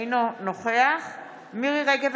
אינו נוכח מירי מרים רגב,